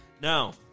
Now